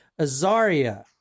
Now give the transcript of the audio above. Azaria